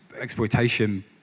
exploitation